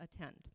attend